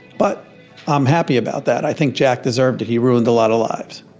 but i'm happy about that. i think jack deserved it, he ruined a lot of lives.